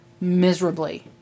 miserably